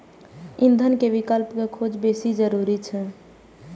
ईंधन के विकल्प के खोज बेसी जरूरी छै